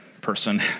person